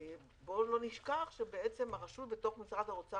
בואו לא נשכח שבעצם הרשות בתוך משרד האוצר